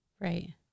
Right